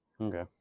Okay